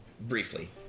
briefly